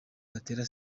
gatera